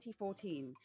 2014